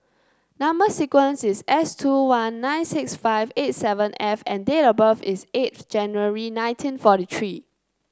number sequence is S two one nine six five eight seven F and date of birth is eighth January nineteen forty three